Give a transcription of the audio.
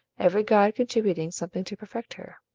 every god contributing something to perfect her.